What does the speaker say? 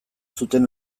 zuten